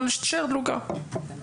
אבל שתישאר דולקת.